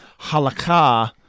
Halakha